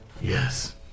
Yes